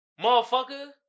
motherfucker